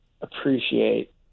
appreciate